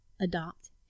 adopt